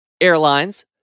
airlines